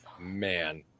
man